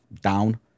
down